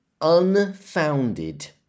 unfounded